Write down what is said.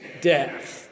death